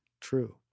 True